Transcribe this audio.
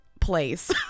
place